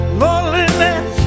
loneliness